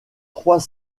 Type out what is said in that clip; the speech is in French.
trois